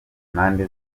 impande